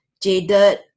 jaded